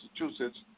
Massachusetts